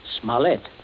smollett